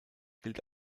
gilt